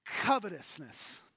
covetousness